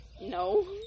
No